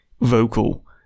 vocal